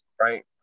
Right